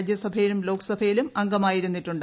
രാജ്യസഭയിലും ലോക്സഭയിലും അംഗമായിരുന്നിട്ടുണ്ട്